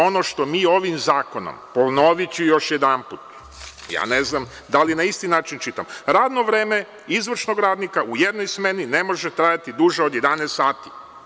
Ono što mi ovim zakonom, ponoviću još jedanput, ja ne znam da li na isti način čitam, radno vreme izvršnog radnika u jednoj smeni ne može trajati duže od 11 sati.